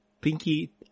Pinky